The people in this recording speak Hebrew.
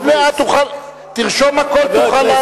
תרשום הכול,